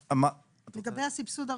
לגבי סבסוד ארוחות,